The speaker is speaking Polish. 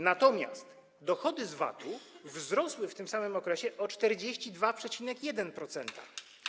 Natomiast dochody z VAT-u wzrosły w tym samym okresie o 42,1%.